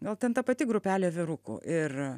gal ten ta pati grupelė vyrukų ir